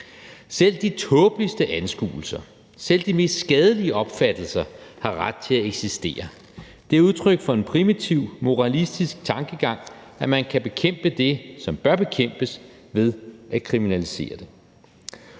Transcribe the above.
»Selv de tåbeligste anskuelser, selv de mest skadelige opfattelser har ret til at eksistere. Det er udtryk for en primitiv moralistisk tankegang, at man kan bekæmpe det, som bør bekæmpes, ved at kriminalisere det.«